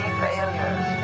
failures